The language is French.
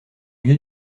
lieu